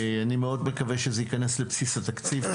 אני מאוד מקווה שזה ייכנס לבסיס התקציב,